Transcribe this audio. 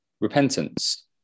Repentance